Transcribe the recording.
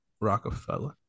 rockefeller